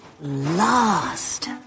last